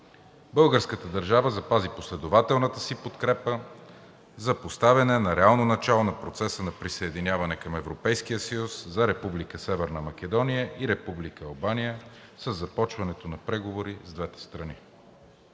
Българската държава запази последователната си подкрепа за поставяне на реално начало на процеса на присъединяване към Европейския съюз за Република Северна Македония и Република Албания със започването на преговори с двете страни.